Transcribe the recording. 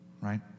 right